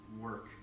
work